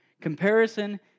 Comparison